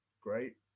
great